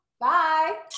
Bye